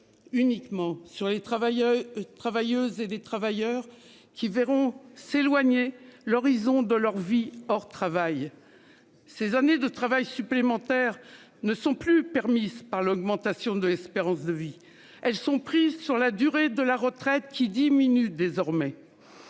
Uniquement sur les travailleurs. Travailleuses et des travailleurs qui verront s'éloigner l'horizon de leur vie hors travail. Ces années de travail supplémentaires ne sont plus permises par l'augmentation de l'espérance de vie. Elles sont prises sur la durée de la retraite qui diminue désormais.